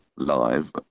Live